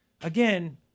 again